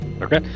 Okay